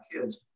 kids